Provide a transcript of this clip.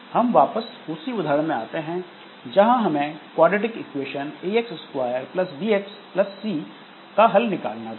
हम वापस उसी उदाहरण में आते हैं जहां हमें quadratic equation ax2 bx c C का हल निकालना था